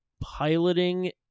piloting